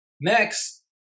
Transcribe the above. Next